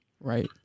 Right